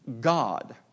God